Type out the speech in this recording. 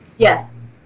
Yes